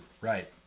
Right